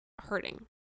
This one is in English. hurting